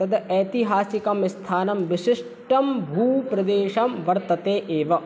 तद् ऐतिहासिकं स्थानं विशिष्टः भूप्रदेशः वर्तते एव